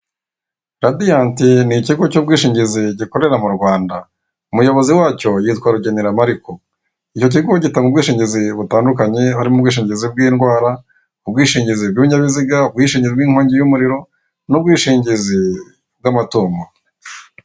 Radiyanti ni ikigo cy'ubwishingizi gikorera mu Rwanda. Umuyobozi wacyo yitwa Rugenera Mariko. Icyo kigo gitanga ubwishingizi butandukanye harimo ubwishingizi bw'indwara, ubwishingizi bw'ibinyabiziga, ubwishingizi bw'inkongi y'umuriro n'ubwishingizi bw'amatungo.